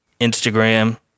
Instagram